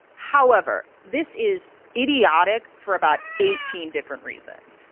however, this is idiotic for about eighteen different reasons,